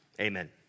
Amen